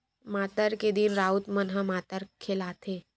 मातर के दिन राउत मन ह मातर खेलाथे